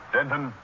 Denton